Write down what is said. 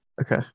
Okay